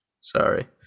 Sorry